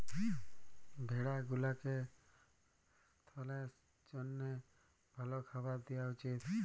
ভেড়া গুলাকে সাস্থের জ্যনহে ভাল খাবার দিঁয়া উচিত